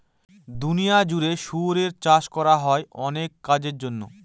দুনিয়া জুড়ে শুয়োর চাষ করা হয় অনেক কাজের জন্য